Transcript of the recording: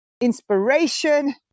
inspiration